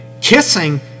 kissing